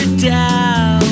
down